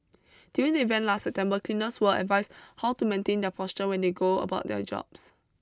during the event last September cleaners were advised how to maintain their posture when they go about their jobs